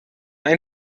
ein